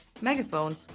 megaphone